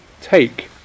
take